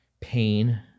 pain